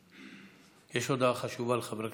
יש הודעה חשובה לחברי